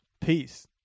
Peace